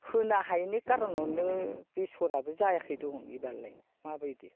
होनो हायैनि खार'नावनो बेसराबो जायाखै दिखुन एबारलाय माबायदि